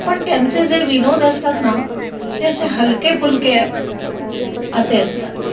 पण त्यांचे जे विनोद असतात ना ते असे हलके फुलके असे असतात